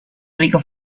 rica